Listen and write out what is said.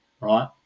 right